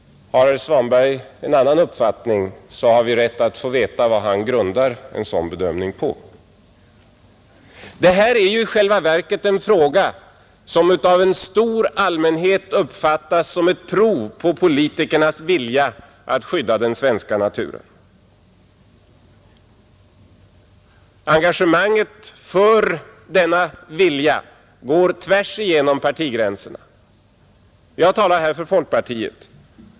Har herr Svanberg en annan uppfattning har vi rätt att få veta vad han grundar en sådan bedömning på. Det här är i själva verket en fråga som av en stor allmänhet uppfattas som ett prov på politikernas vilja att skydda den svenska naturen. Engagemanget för denna vilja går tvärsöver partigränserna. Jag talar här för folkpartiet.